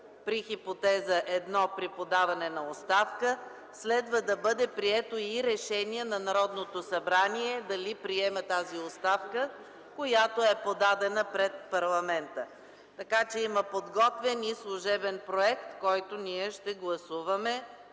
при хипотеза първа – „при подаване на оставка”, следва да бъде прието и решение на Народното събрание дали приема тази оставка, която е подадена пред парламента. Има подготвен и служебен проект, който ние ще гласуваме